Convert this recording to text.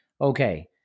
okay